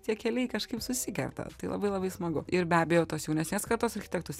tie keliai kažkaip susikerta tai labai labai smagu ir be abejo tos jaunesnės kartos architektus